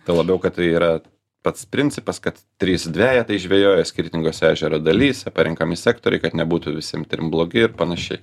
tuo labiau kad tai yra pats principas kad trys dvejetai žvejoja skirtingose ežero dalyse parenkami sektoriai kad nebūtų visiem trim blogi ir panašiai